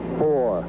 four